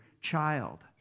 child